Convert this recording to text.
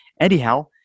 Anyhow